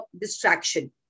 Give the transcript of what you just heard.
distraction